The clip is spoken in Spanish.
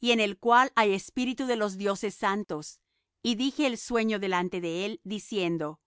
y en el cual hay espíritu de los dioses santos y dije el sueño delante de él diciendo